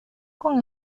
con